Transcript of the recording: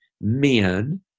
men